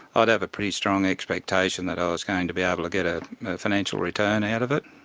i'd have a pretty strong expectation that i was going to be able to get a financial return out of it,